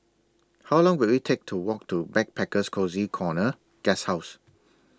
How Long Will IT Take to Walk to Backpackers Cozy Corner Guesthouse